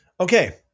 Okay